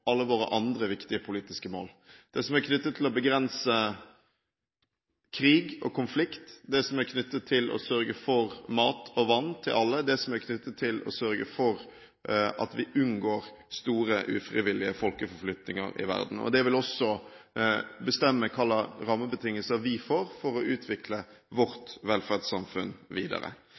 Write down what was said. alle våre andre viktige politiske mål. Det gjelder det som er knyttet til å begrense krig og konflikt, det som er knyttet til å sørge for mat og vann til alle, og det gjelder det som er knyttet til å sørge for at vi unngår store, ufrivillige folkeforflytninger i verden. Det vil også bestemme hvilke rammebetingelser vi får, når det gjelder å utvikle vårt velferdssamfunn videre.